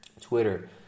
Twitter